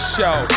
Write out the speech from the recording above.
Show